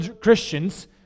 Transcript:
Christians